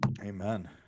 Amen